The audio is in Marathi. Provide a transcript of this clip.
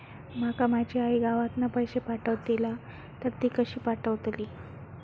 माका माझी आई गावातना पैसे पाठवतीला तर ती कशी पाठवतली?